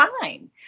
Fine